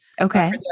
Okay